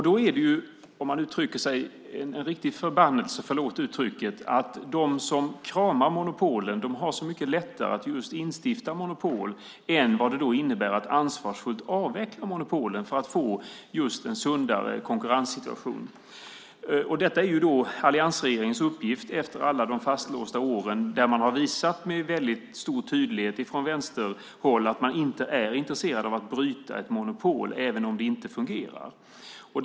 Då är det - förlåt uttrycket - en riktig förbannelse att de som kramar monopolen har så mycket lättare att just instifta monopol än att ansvarsfullt avveckla dem för att få en sundare konkurrenssituation. Detta är alliansregeringens uppgift efter alla de fastlåsta åren där man med stor tydlighet från vänsterhåll visade att man inte var intresserad av att bryta ett monopol även om det inte fungerade.